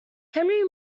henry